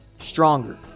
stronger